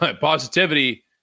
positivity